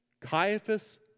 Caiaphas